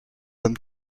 them